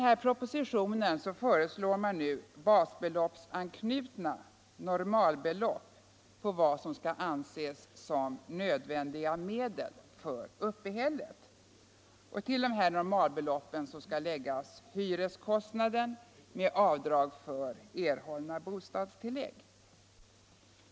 I propositionen föreslår man basbeloppsanknutna normalbelopp på vad som skall anses som nödvändiga medel för uppehälle. Till dessa normalbelopp skall läggas hyreskostnaden med avdrag för erhållna bostadstillägg.